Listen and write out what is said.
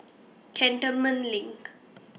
Cantonment LINK